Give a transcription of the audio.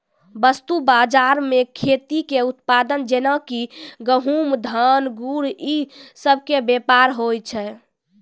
वस्तु बजारो मे खेती के उत्पाद जेना कि गहुँम, धान, गुड़ इ सभ के व्यापार होय छै